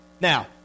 Now